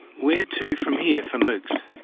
where to from here for moocs?